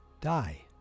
die